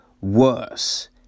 worse